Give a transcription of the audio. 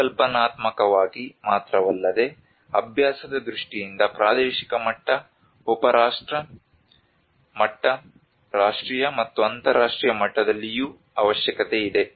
ಪರಿಕಲ್ಪನಾತ್ಮಕವಾಗಿ ಮಾತ್ರವಲ್ಲದೆ ಅಭ್ಯಾಸದ ದೃಷ್ಟಿಯಿಂದ ಪ್ರಾದೇಶಿಕ ಮಟ್ಟ ಉಪ ರಾಷ್ಟ್ರ ಮಟ್ಟ ರಾಷ್ಟ್ರೀಯ ಮತ್ತು ಅಂತರರಾಷ್ಟ್ರೀಯ ಮಟ್ಟದಲ್ಲಿಯೂ ಅವಶ್ಯಕತೆಯಿದೆ